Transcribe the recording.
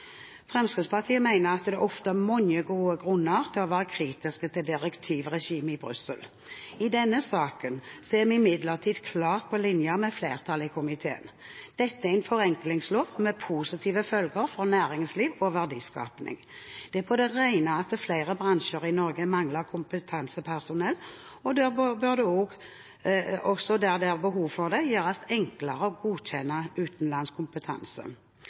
Fremskrittspartiet mener at det ofte er mange gode grunner til å være kritiske til direktivregimet i Brussel. I denne saken er vi imidlertid klart på linje med flertallet i komiteen. Dette er en forenklingslov, med positive følger for næringsliv og verdiskaping. Det er på det rene at flere bransjer i Norge mangler kompetansepersonell, og da bør det også, der hvor det er behov for det, gjøres enklere å godkjenne utenlandsk kompetanse.